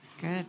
Good